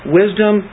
wisdom